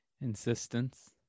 insistence